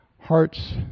hearts